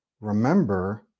remember